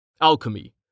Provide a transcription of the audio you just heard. Alchemy